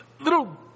little